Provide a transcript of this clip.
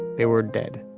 they were dead.